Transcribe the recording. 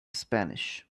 spanish